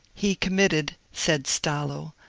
he committed, said stallo,